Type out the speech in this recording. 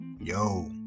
yo